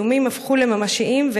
האיומים הפכו לממשיים,